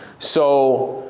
so